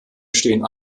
stehen